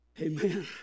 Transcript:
Amen